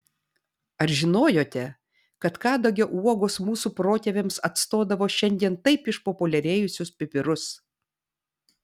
ar žinojote kad kadagio uogos mūsų protėviams atstodavo šiandien taip išpopuliarėjusius pipirus